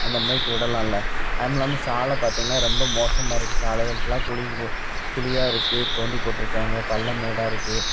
அந்த மாரிக்கு விடலாமில்ல அதுவும் இல்லாமல் சாலை பார்த்தீங்கன்னா ரொம்ப மோசமாக இருக்குது சாலைங்களுக்கெலாம் குழிங்கள் குழியாக இருக்குது தோண்டி போட்டிருக்காங்க பள்ளம் மேடாக இருக்குது